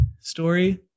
story